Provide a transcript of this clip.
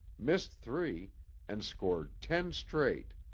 missed three and scored ten straight.